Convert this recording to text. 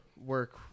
work